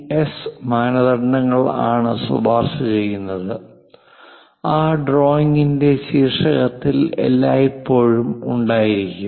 S മാനദണ്ഡങ്ങൾ ആണ് ശുപാർശ ചെയ്യുന്നത് ആ ഡ്രോയിങ്ങിന്റെ ശീർഷകത്തിൽ എല്ലായ്പ്പോഴും ഉണ്ടായിരിക്കും